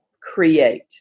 create